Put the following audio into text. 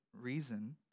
reason